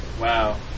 Wow